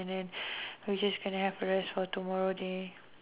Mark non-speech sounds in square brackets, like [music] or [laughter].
and then [breath] we just gonna have to rest for tomorrow day